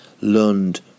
Lund